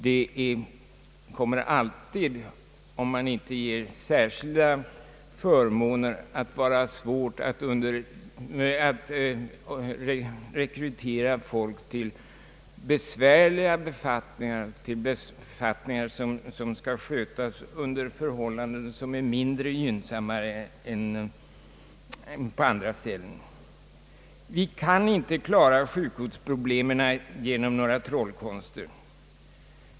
Det kommer alltid, om man inte ger särskilda förmåner, att vara svårt att rekrytera folk till besvärliga befattningar — till befattningar som skall skötas under förhållanden som är mindre gynnsamma än på andra ställen. Vi kan inte klara sjukvårdsproblemen genom några trollkonster.